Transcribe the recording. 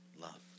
love